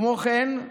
כמו כן,